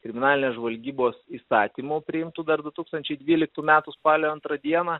kriminalinės žvalgybos įstatymu priimtu dar du tūkstančiai dvyliktų metų spalio antrą dieną